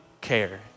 care